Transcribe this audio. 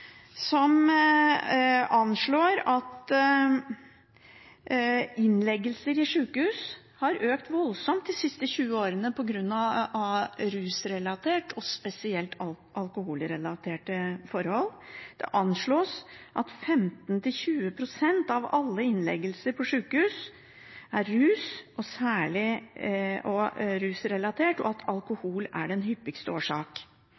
som anslår at innleggelser på sykehus har økt voldsomt de siste 20 årene på grunn av rusrelaterte og spesielt alkoholrelaterte forhold. Det anslås at 15 til 20 pst. av alle innleggelser på sykehus er rusrelatert, og at